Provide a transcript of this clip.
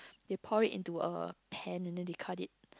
they pour in into a pan and then they cut it